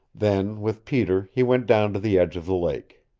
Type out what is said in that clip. then with peter he went down to the edge of the lake.